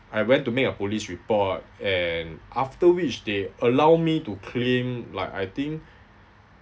I went to make a police report and after which they allow me to claim like I think